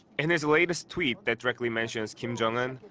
in his latest tweet that directly mentions kim jong-un.